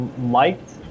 liked